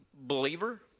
believer